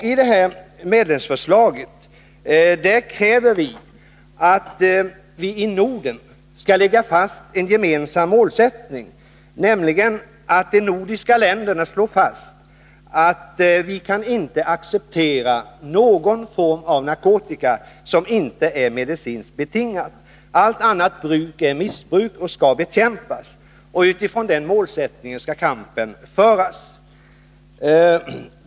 I medlemsförslaget kräver vi att vi i Norden skall lägga fast en gemensam målsättning, nämligen att de nordiska länderna inte kan acceptera någon form av narkotikaanvändning som inte är medicinskt betingad. Allt annat bruk är missbruk och skall bekämpas, och utifrån den målsättningen skall kampen föras.